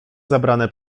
zebrane